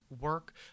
work